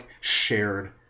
shared